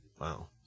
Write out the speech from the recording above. Wow